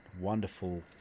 wonderful